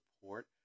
support